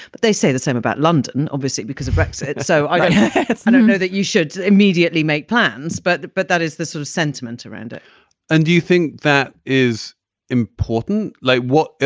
but they say the same about london, obviously because of brexit. so i don't know that you should immediately make plans, but but that is the sort of sentiment around it and do you think that is important? like what?